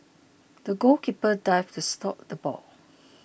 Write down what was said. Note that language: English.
the goalkeeper dived to stop the ball